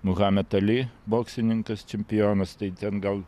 mohamet ali boksininkas čempionas tai ten gal